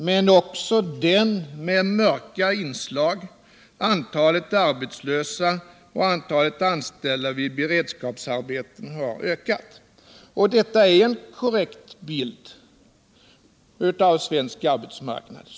Men även här finns det några mörka inslag: antalet arbetslösa samt anställda i beredskapsarbeten har ökat.” Detta är en korrekt bild av svensk arbetsmarknad.